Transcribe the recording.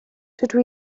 dydw